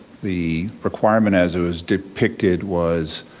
the requirement as it was depicted was